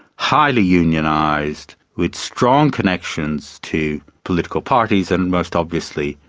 highly unionised, with strong connections to political parties and, most obviously,